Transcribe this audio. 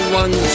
one